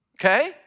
Okay